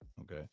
okay